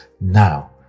Now